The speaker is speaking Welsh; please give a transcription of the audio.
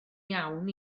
iawn